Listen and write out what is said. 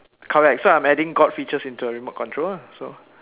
correct so I'm adding God features into our remote control lah so